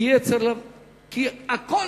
כי הכול